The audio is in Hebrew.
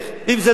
אם זה לא עובד,